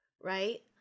Right